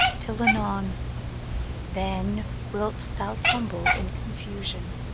till anon then wilt thou tumble in confusion.